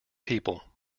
people